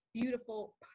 beautiful